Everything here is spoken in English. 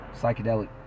psychedelic